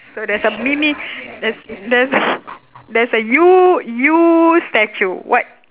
so there's a mini there's there's there's a you you statue what